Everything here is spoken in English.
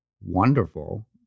wonderful